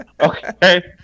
Okay